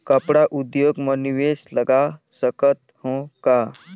कपड़ा उद्योग म निवेश लगा सकत हो का?